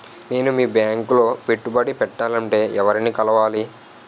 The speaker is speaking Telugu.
నేను మీ బ్యాంక్ లో పెట్టుబడి పెట్టాలంటే ఎవరిని కలవాలి?